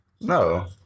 No